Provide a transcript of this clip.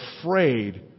afraid